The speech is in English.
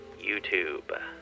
YouTube